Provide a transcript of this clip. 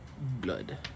Blood